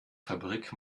fabrik